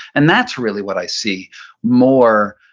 and that's really what i see more.